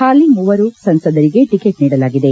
ಹಾಲಿ ಮೂವರು ಸಂಸದರಿಗೆ ಟಕೆಟ್ ನೀಡಲಾಗಿದೆ